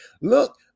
look